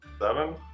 Seven